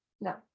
no